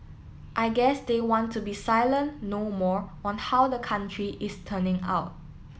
I guess they want to be silent no more on how the country is turning out